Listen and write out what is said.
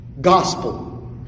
Gospel